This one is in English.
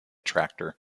tractor